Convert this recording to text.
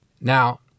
Now